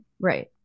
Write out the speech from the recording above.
Right